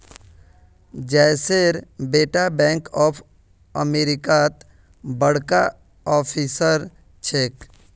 जयेशेर बेटा bank of अमेरिकात बड़का ऑफिसर छेक